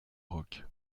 rock